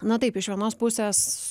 na taip iš vienos pusės